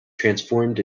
transformed